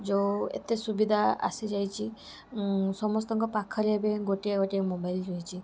ଯେଉଁ ଏତେ ସୁବିଧା ଆସିଯାଇଛି ସମସ୍ତଙ୍କ ପାଖରେ ଏବେ ଗୋଟିଏ ଗୋଟିଏ ମୋବାଇଲ ରହିଛି